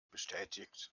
bestätigt